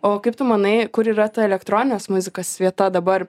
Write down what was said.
o kaip tu manai kur yra ta elektroninės muzikos vieta dabar